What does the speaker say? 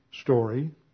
story